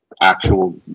actual